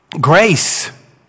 grace